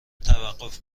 توقف